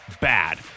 bad